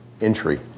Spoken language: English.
entry